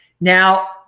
Now